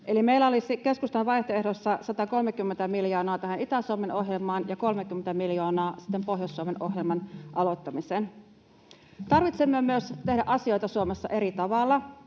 Eli meillä olisi keskustan vaihtoehdossa 130 miljoonaa tähän Itä-Suomen ohjelmaan ja 30 miljoonaa sitten Pohjois-Suomen ohjelman aloittamiseen. Meidän tarvitsee myös tehdä asioita Suomessa eri tavalla,